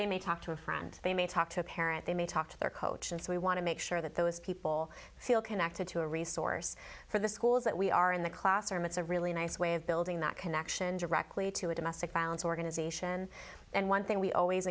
they may talk to a friend they may talk to a parent they may talk to their coach and so we want to make sure that those people feel connected to a resource for the schools that we are in the classroom it's a really nice way of building that connection directly to a domestic violence organization and one thing we always